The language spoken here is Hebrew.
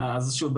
אז שוב,